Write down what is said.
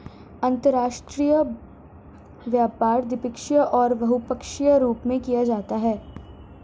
अंतर्राष्ट्रीय व्यापार द्विपक्षीय और बहुपक्षीय रूप में किया जाता है